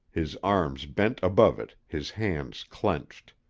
his arms bent above it, his hands clenched.